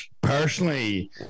personally